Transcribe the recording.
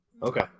Okay